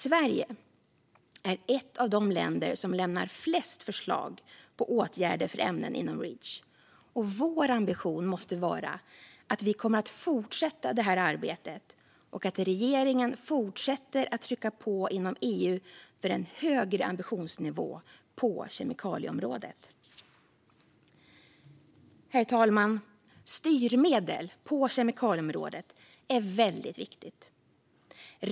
Sverige är ett av de länder som lämnar flest förslag på åtgärder för ämnen inom Reach. Vår ambition måste vara att vi kommer att fortsätta detta arbete och att regeringen fortsätter att trycka på inom EU för en högre ambitionsnivå på kemikalieområdet. Herr talman! Styrmedel på kemikalieområdet är väldigt viktigt.